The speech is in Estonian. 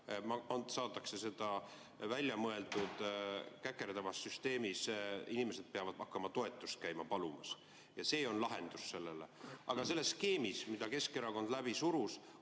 saadakse [toetust] väljamõeldud käkerdavas süsteemis, kus inimesed peavad hakkama toetust palumas käima ja see on lahendus sellele. Aga selles skeemis, mille Keskerakond läbi surus,